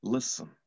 Listen